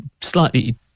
slightly